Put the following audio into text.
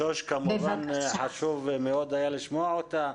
את שוש כמובן חשוב היה מאוד לשמוע אותה.